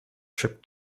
trip